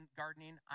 gardening